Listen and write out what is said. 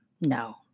No